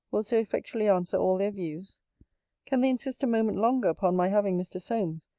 will so effectually answer all their views can they insist a moment longer upon my having mr. solmes,